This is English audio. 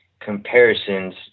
comparisons